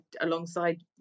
alongside